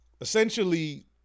essentially